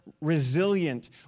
resilient